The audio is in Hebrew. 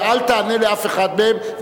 ואל תענה לאף אחד מהם,